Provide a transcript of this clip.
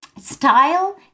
Style